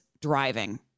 driving